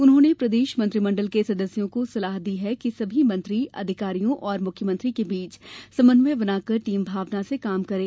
उन्होंने मध्यप्रदेश मंत्रिमंडल के सदस्यों को सलाह दी कि सभी मंत्री अधिकारियों और मुख्यमंत्री के बीच समन्वय बनाकर टीम भावना से काम करे